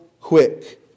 quick